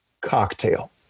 cocktail